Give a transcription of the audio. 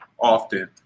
often